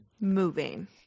moving